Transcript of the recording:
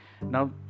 now